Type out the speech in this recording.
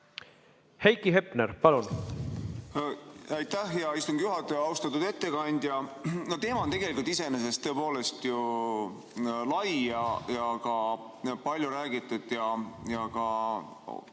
Heiki Hepner, palun!